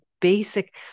basic